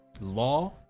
law